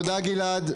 תודה גלעד.